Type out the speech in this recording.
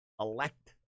elect